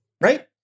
Right